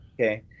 Okay